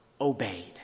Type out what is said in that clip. obeyed